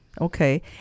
Okay